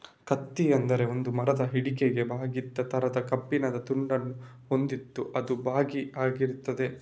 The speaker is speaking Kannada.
ಕತ್ತಿ ಅಂದ್ರೆ ಒಂದು ಮರದ ಹಿಡಿಕೆಗೆ ಬಾಗಿದ ತರದ ಕಬ್ಬಿಣದ ತುಂಡನ್ನ ಹೊಂದಿದ್ದು ಅದು ಬಾಗಿ ಇರ್ತದೆ